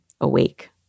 awake